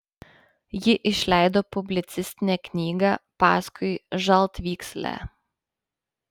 ji išleido publicistinę knygą paskui žaltvykslę